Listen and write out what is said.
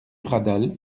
radal